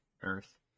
Earth